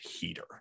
heater